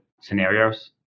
scenarios